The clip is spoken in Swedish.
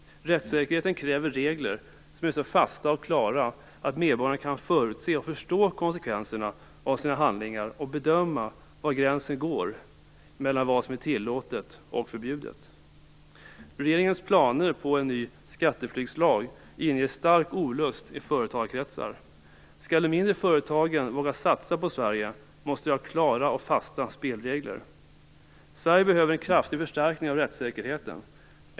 Rättssäkerheten kräver regler som är så fasta och klara att medborgarna kan förutse och förstå konsekvenserna av sina handlingar och bedöma var gränsen går mellan vad som är tillåtet och vad som är förbjudet. Regeringens planer på en ny skatteflyktslag inger stark olust i företagarkretsar. Skall de mindre företagen våga satsa på Sverige måste de ha klara och fasta spelregler. Sverige behöver en kraftig förstärkning av rättssäkerheten.